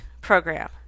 program